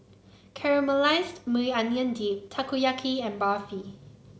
Caramelized Maui Onion Dip Takoyaki and Barfi